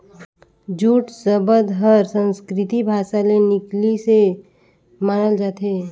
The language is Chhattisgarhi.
जूट सबद हर संस्कृति भासा ले निकलिसे मानल जाथे